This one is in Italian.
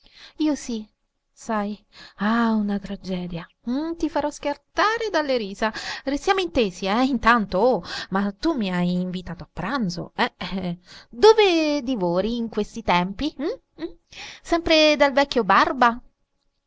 io sì sai ah una tragedia ti farò schiattare dalle risa restiamo intesi intanto oh che tu mi hai invitato a pranzo dove divori di questi tempi sempre dal vecchio barba